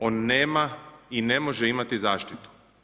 On nema i ne može imati zaštitu.